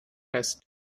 fest